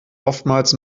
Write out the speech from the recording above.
oftmals